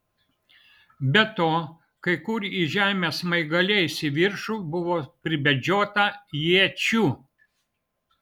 be to kai kur į žemę smaigaliais į viršų buvo pribedžiota iečių